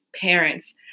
parents